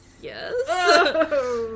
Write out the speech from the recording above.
yes